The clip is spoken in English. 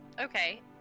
okay